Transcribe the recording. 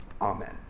Amen